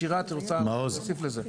שירה את רוצה להוסיף לזה?